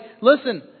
listen